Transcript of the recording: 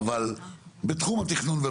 שטחים כלואים,